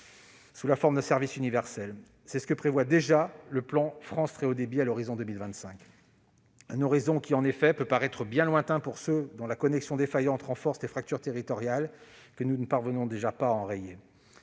sous la forme d'un service universel. C'est ce que prévoit déjà le plan France Très haut débit à l'horizon 2025 ... Cet horizon peut, en effet, paraître bien lointain pour ceux dont la connexion défaillante renforce les fractures territoriales que nous ne parvenons déjà pas à résorber.